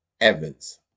Evans